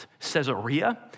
Caesarea